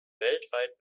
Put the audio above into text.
weltweit